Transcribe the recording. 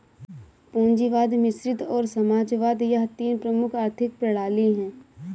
पूंजीवाद मिश्रित और समाजवाद यह तीन प्रमुख आर्थिक प्रणाली है